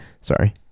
Sorry